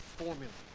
formula